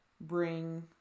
bring